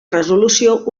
resolució